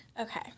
Okay